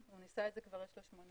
הוא כבר ניסה את זה, יש לו שמונה